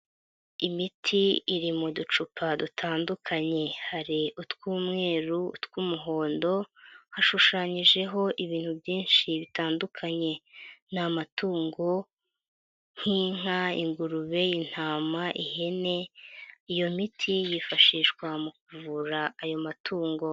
Imiti iri mu ducupa dutandukanye, hari utw'umweru tw'umuhondo, hashushanyijeho ibintu byinshi bitandukanye. Ni amatungo nk'inka, ingurube, intama, ihene, iyo miti yifashishwa mu kuvura ayo matungo.